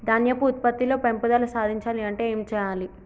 ధాన్యం ఉత్పత్తి లో పెంపుదల సాధించాలి అంటే ఏం చెయ్యాలి?